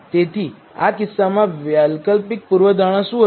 તેથી આ કિસ્સામાં વૈકલ્પિક પૂર્વધારણા શું હશે